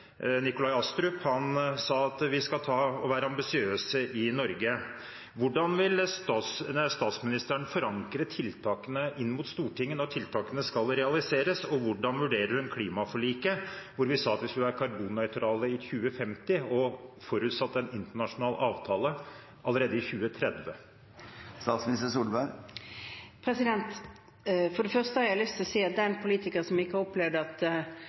Nikolai Astrup sa at vi skal være ambisiøse i Norge. Hvordan vil statsministeren forankre tiltakene i Stortinget når tiltakene skal realiseres, og hvordan vurderer hun klimaforliket, hvor vi sa at vi skulle være karbonnøytrale i 2050 og forutsatte en internasjonal avtale allerede i 2030? For det første har jeg lyst til å si at den politiker som ikke har opplevd at